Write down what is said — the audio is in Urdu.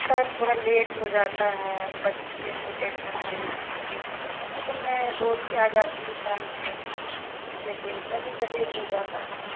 سر تھوڑا لیٹ ہو جاتا ہے بچے چھوٹے گھر میں اسی وجہ سے ایسے تو میں روز ہی آ جاتی ہوں ٹائم پہ لیکن کبھی کبھی ہو جاتا ہے